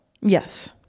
Yes